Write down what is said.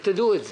דעו את זה.